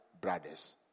brothers